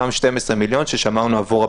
אותם 12 מיליון ששמרנו עבור הפיתוח.